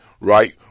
Right